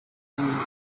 kuzabona